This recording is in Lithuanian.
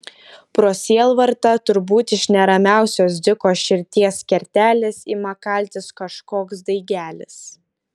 pro sielvartą turbūt iš neramiausios dziko širdies kertelės ima kaltis kažkoks daigelis